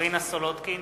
מרינה סולודקין,